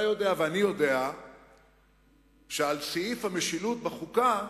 אתה יודע ואני יודע שעל סעיף המשילות בחוקה